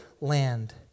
land